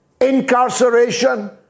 incarceration